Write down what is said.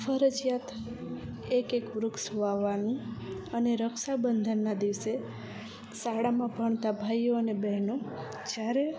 ફરજિયાત એક એક વૃક્ષ વાવવાનું અને રક્ષાબંધનના દિવસે શાળામાં ભણતા ભાઈઓ અને બહેનો જ્યારે